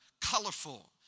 colorful